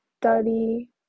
study